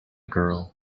girl